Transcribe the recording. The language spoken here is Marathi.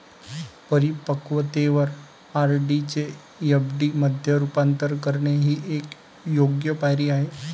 परिपक्वतेवर आर.डी चे एफ.डी मध्ये रूपांतर करणे ही एक योग्य पायरी आहे